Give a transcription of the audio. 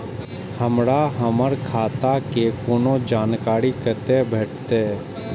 हमरा हमर खाता के कोनो जानकारी कते भेटतै